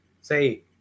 Say